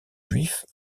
juifs